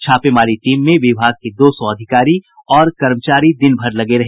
छापेमारी टीम में विभाग के दो सौ अधिकारी और कर्मचारी दिन भर लगे रहे